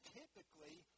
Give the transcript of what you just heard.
typically